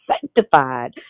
sanctified